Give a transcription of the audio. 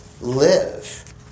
live